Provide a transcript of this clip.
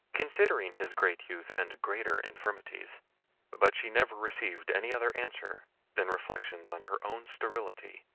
considering his great youth, and greater infirmities but she never received any other answer than reflections on her own sterility,